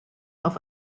auf